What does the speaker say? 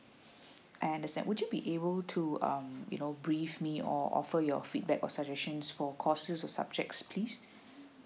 I understand would you be able to um you know brief me or offer your feedback or suggestions for courses or subjects please